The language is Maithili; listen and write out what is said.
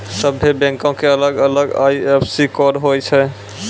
सभ्भे बैंको के अलग अलग आई.एफ.एस.सी कोड होय छै